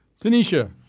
Tanisha